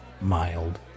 mild